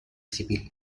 civil